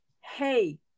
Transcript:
hey